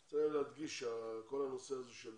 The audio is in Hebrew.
אני רוצה להדגיש את כל הנושא הזה של